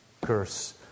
curse